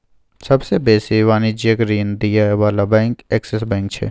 सबसे बेसी वाणिज्यिक ऋण दिअ बला बैंक एक्सिस बैंक छै